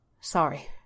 Sorry